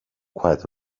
quite